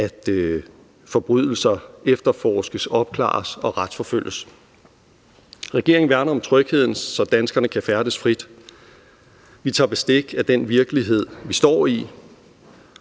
at forbrydelser efterforskes, opklares og retsforfølges. Regeringen værner om trygheden, så danskerne kan færdes frit. Vi tager bestik af den virkelighed, vi står i,